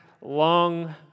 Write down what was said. long